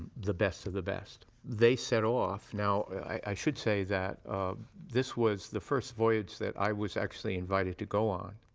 the best of the best. they set off. now, i should say that this was the first voyage that i was actually invited to go on.